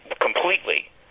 completely